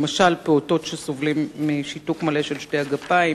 למשל פעוטות שסובלים משיתוק מלא של שתי הגפיים,